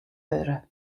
wurde